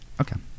Okay